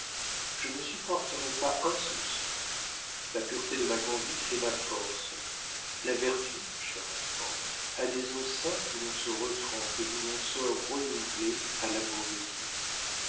je ne supporterais pas un soupçon la pureté de ma conduite fait ma force la vertu cher enfant a des eaux saintes où l'on se retrempe et d'où l'on sort renouvelé à l'amour de dieu